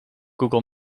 google